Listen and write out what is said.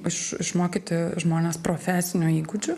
iš išmokyti žmones profesinių įgūdžių